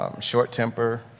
short-temper